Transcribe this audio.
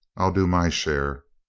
i'll do my share.